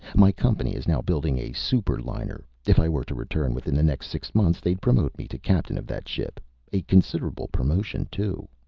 my company is now building a super-liner if i were to return within the next six months, they'd promote me to captain of that ship a considerable promotion, too.